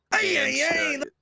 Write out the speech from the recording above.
Hey